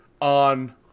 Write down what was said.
on